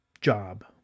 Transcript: job